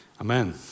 Amen